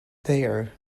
there